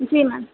جی میم